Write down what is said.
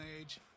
age